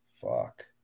Fuck